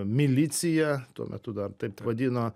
miliciją tuo metu dar taip vadino